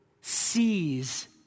sees